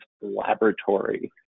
laboratory